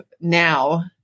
now